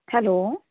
hello